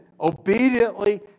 obediently